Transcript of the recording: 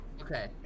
Okay